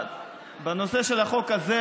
בנושא של החוק הזה,